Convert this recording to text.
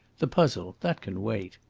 the puzzle that can wait.